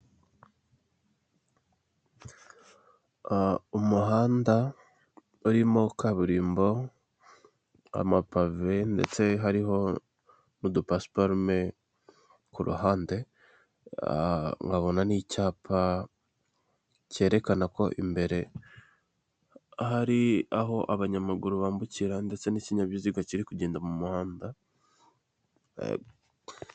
Aya n'ameza ari mu nzu, bigaragara ko aya meza ari ayokuriho arimo n'intebe nazo zibaje mu biti ariko aho bicarira hariho imisego.